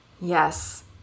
Yes